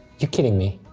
you're kidding me!